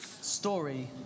story